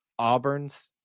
auburns